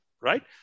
right